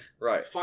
right